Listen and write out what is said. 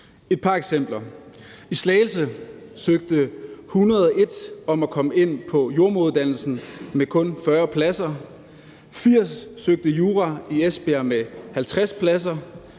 Et par eksempler: I Slagelse søgte 101 om at komme ind på jordemoderuddannelsen med kun 40 pladser, 80 søgte jura i Esbjerg med 50 pladser,